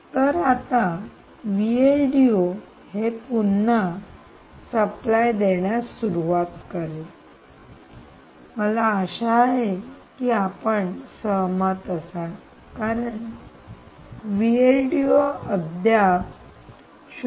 तर आता हे पुन्हा सप्लाय देण्यास सुरुवात करेल मला आशा आहे की आपण सहमत असाल कारण अद्याप 0